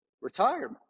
retirement